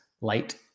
light